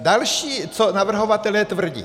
Další, co navrhovatelé tvrdí.